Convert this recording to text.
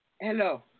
Hello